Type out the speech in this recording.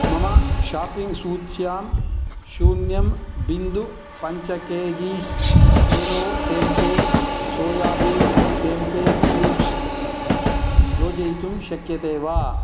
मम शापिङ्ग् सूच्यां शून्यं बिन्दुः पञ्च KGs hello tempeh soybean tempeh cubes योजयितुं शक्यते वा